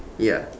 ya